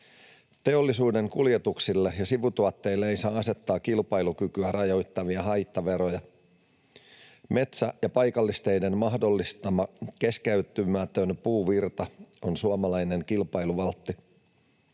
Teollisuuden kuljetuksille ja sivutuotteille ei saa asettaa kilpailukykyä rajoittavia haittaveroja. Metsä- ja paikallisteiden mahdollistama keskeytymätön puuvirta on suomalainen kilpailuvaltti.